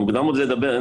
מוקדם עוד לדבר.